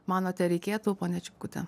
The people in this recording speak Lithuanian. manote reikėtų ponia čipkute